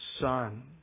Son